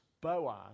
Boaz